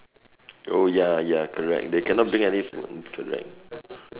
oh ya ya correct they cannot bring any food correct